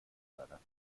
seiner